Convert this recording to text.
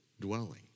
dwelling